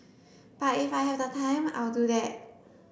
but if I have the time I'll do that